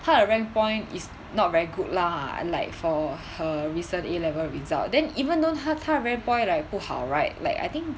她的 rank point is not very good lah like for her recent A level result then even though 她她的 rank point like 不好 right like I think